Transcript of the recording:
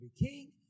king